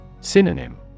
Synonym